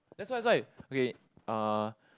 that's why that's why okay uh